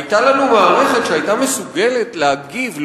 היתה לנו מערכת שהיתה מסוגלת להגיב על